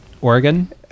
Oregon